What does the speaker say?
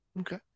Okay